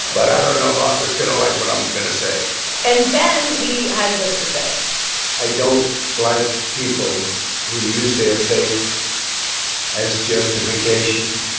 but i don't know if arthur's going to like what i'm going to say and then he had this to say i don't like people who use their faith as justification